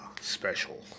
special